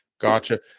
Gotcha